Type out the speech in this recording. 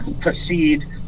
proceed